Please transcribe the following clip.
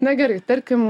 na gerai tarkim